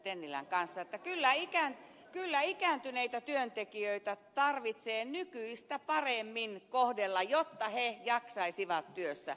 tennilän kanssa että kyllä ikääntyneitä työntekijöitä tarvitsee nykyistä paremmin kohdella jotta he jaksaisivat työssä